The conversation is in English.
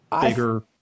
Bigger